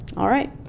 alright